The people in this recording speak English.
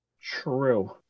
True